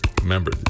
Remember